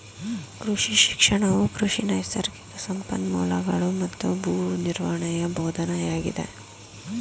ಕೃಷಿ ಶಿಕ್ಷಣವು ಕೃಷಿ ನೈಸರ್ಗಿಕ ಸಂಪನ್ಮೂಲಗಳೂ ಮತ್ತು ಭೂ ನಿರ್ವಹಣೆಯ ಬೋಧನೆಯಾಗಿದೆ